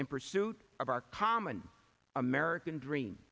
in pursuit of our common american dream